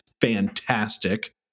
fantastic